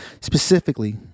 Specifically